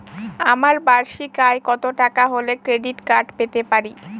আমার বার্ষিক আয় কত টাকা হলে ক্রেডিট কার্ড পেতে পারি?